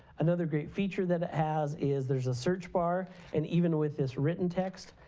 another great feature that it has is there's a search bar and even with this written text,